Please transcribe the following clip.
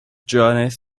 journeys